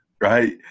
right